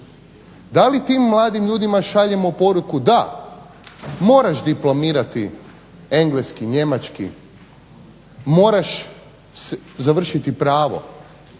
Da li tim mladim ljudima šaljemo poruku da moraš diplomirati engleski, njemački, moraš završiti pravo,